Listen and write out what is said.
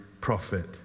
prophet